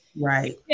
Right